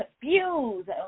confused